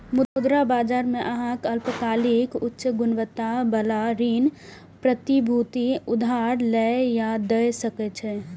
मुद्रा बाजार मे अहां अल्पकालिक, उच्च गुणवत्ता बला ऋण प्रतिभूति उधार लए या दै सकै छी